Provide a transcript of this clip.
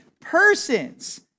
persons